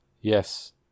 yes